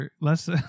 less